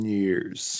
years